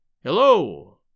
Hello